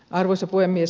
arvoisa puhemies